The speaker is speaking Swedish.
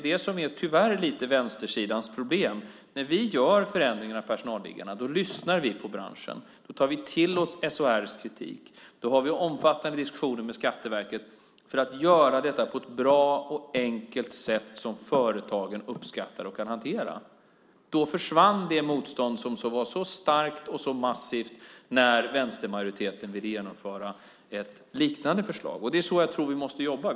Det är det här som tyvärr är lite vänstersidans problem. När vi gör förändringar i fråga om personalliggarna lyssnar vi på branschen. Vi tar till oss SHR:s kritik. Vi har omfattande diskussioner med Skatteverket för att göra detta på ett bra och enkelt sätt som företagen uppskattar och kan hantera. Då försvann det starka och massiva motståndet när vänstermajoriteten ville genomföra ett liknande förslag. Det är så vi måste jobba.